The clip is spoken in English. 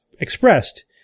expressed